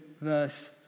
verse